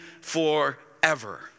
forever